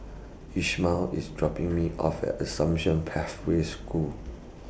Ishmael IS dropping Me off At Assumption Pathway School